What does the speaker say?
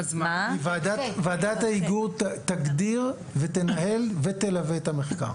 ועדת ההיגוי תגדיר ותנהל ותלווה את המחקר.